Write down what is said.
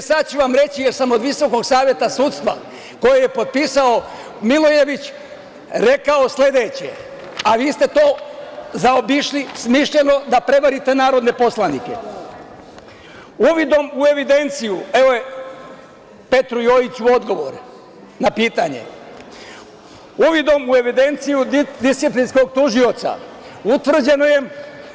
E, sad ću vam reći, jer sam od Visokog saveta sudstva, koje je potpisao Milojević, rekao sledeće, a vi ste to zaobišli, smišljeno, da prevarite narodne poslanike: "Uvidom u evidenciju - Petru Jojiću odgovor na pitanje - disciplinskog tužioca utvrđeno je